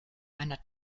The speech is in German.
einer